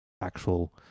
actual